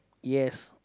yes